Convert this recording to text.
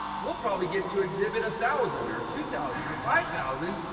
we'll probably get to exhibit a thousand or two thousand and five thousand.